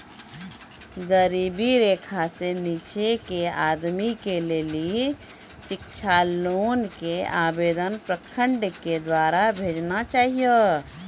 गरीबी रेखा से नीचे के आदमी के लेली शिक्षा लोन के आवेदन प्रखंड के द्वारा भेजना चाहियौ?